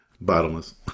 Bottomless